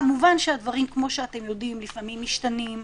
כמובן הדברים, כמו שאתם יודיעם, לפעמים משתנים,